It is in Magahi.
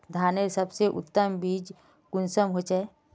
धानेर सबसे उत्तम बीज कुंडा होचए?